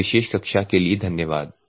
इस विशेष कक्षा के लिए धन्यवाद